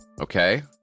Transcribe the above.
okay